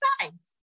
sides